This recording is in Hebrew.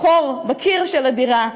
חור בקיר של הדירה,